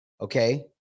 Okay